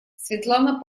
светлана